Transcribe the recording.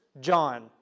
John